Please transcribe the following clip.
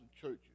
churches